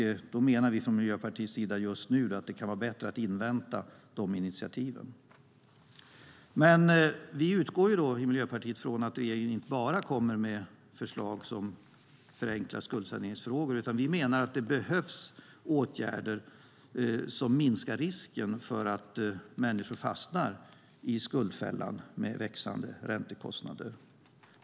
Då menar vi från Miljöpartiets sida just nu att det kan vara bättre att invänta de initiativen. Men i Miljöpartiet utgår vi från att regeringen inte bara kommer med förslag om förenklad skuldsanering. Vi menar att det behövs åtgärder som minskar risken för att människor fastnar i skuldfällan, med växande räntekostnader.